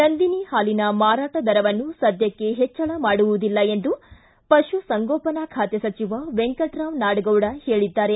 ನಂದಿನಿ ಹಾಲಿನ ಮಾರಾಟ ದರವನ್ನು ಸದ್ದಕ್ಕೆ ಹೆಚ್ಚಳ ಮಾಡುವುದಿಲ್ಲ ಎಂದು ಪಶುಸಂಗೋಪನಾ ಖಾತೆ ಸಚಿವ ವೆಂಕಟರಾವ್ ನಾಡಗೌಡ ಹೇಳಿದ್ದಾರೆ